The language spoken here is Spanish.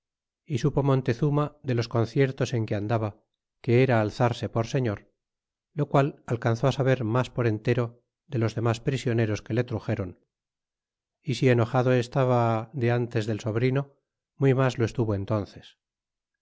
y supo montezuma de los conciertos en que andaba que era alzarse por señor lo qual alcanzó saber mas por entero de los demás prisioneros que le truxéron y si enojado estaba de n tes del sobrino muy mas lo estuvo entónces y